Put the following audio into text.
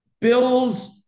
Bills –